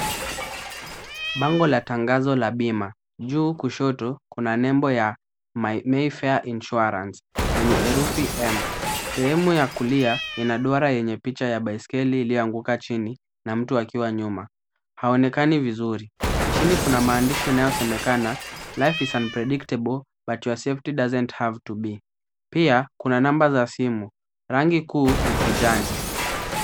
Bango la tangazo la bima, juu kushoto, kuna nembo ya Mayfair Insurance yenye herufi M. Sehemu ya kulia ina duara yenye picha ya baiskeli iliyoanguka chini na mtu akiwa nyuma, haonekani vizuri, chini kuna maandishi yanayosemekana: Life is unpredictable, but your safety doesn't have to be . Pia, kuna namba za simu, rangi kuu ni kijani.